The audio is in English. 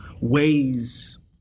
ways